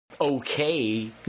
okay